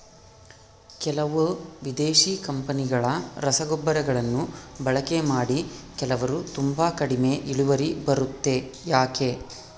ಕೆಲವು ವಿದೇಶಿ ಕಂಪನಿಗಳ ರಸಗೊಬ್ಬರಗಳನ್ನು ಬಳಕೆ ಮಾಡಿ ಕೆಲವರು ತುಂಬಾ ಕಡಿಮೆ ಇಳುವರಿ ಬರುತ್ತೆ ಯಾಕೆ?